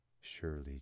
surely